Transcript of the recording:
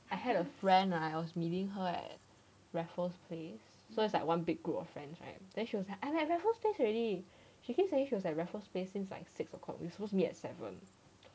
I had a friend right meeting her at raffles place so it's like one big group of friends right then she was like I at raffles place already she said she was at raffles place since like six o'clock we suppose me at seven